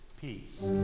peace